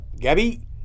Gabby